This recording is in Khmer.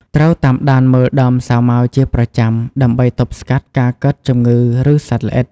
ត្រូវតាមដានមើលដើមសាវម៉ាវជាប្រចាំ ដើម្បីទប់ស្កាត់ការកើតជំងឺ ឬសត្វល្អិត។